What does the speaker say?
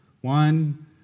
one